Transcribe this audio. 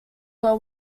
were